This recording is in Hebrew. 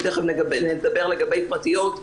ותיכף נדבר לגבי פרטיות,